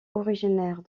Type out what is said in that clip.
originaire